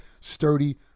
sturdy